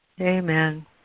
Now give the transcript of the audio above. Amen